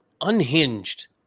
unhinged